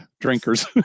drinkers